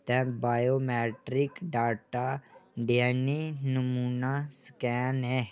ते biometric data D N A नमूना scan ऐ